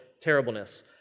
terribleness